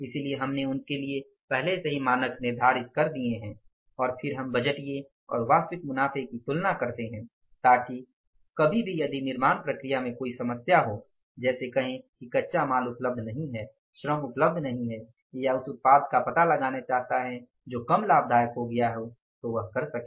इसलिए हमने उसके लिए पहले से ही मानक निर्धारित कर दिए हैं और फिर हम बजटिय और वास्तविक मुनाफे की तुलना करते हैं ताकि कभी भी यदि निर्माण प्रक्रिया में कोई समस्या हो जैसे कहें कि कच्चा माल उपलब्ध नहीं है श्रम उपलब्ध नहीं है या उस उत्पाद का पता लगाना चाहते हैं जो कम लाभदायक हो गया है तो वह कर सके